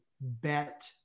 bet